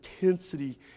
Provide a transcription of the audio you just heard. intensity